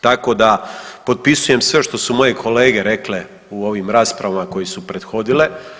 Tako da potpisujem sve što su moje kolege rekle u ovim raspravama koje su prethodile.